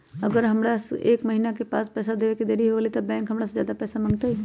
अगर हमरा से एक महीना के पैसा देवे में देरी होगलइ तब बैंक हमरा से ज्यादा पैसा मंगतइ?